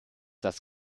das